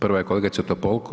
Prva je kolegice Topolko.